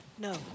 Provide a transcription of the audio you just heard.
No